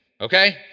Okay